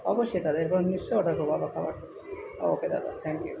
অবশ্যই দাদা এরপর আমি নিশ্চয়ই অর্ডার করব আবার খাবার ওকে দাদা থ্যাঙ্ক ইউ